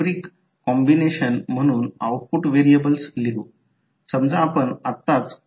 net inductance positive असणे आवश्यक असल्याने ते L1 L2 2 M असेल हे समीकरण 6 आहे ते 2 M असणे आवश्यक आहे